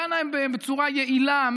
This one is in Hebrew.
דנה בהן בצורה יעילה,